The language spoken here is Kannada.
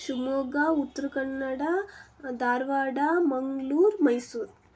ಶಿವಮೊಗ್ಗ ಉತ್ತರ ಕನ್ನಡ ಧಾರವಾಡ ಮಂಗಳೂರು ಮೈಸೂರು